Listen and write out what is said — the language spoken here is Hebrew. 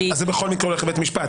זה בכל מקרה הולך לבית המשפט.